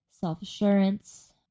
self-assurance